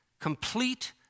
complete